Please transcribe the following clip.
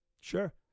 Sure